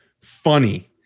funny